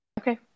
okay